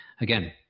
again